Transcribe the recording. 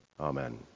Amen